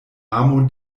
amo